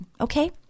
Okay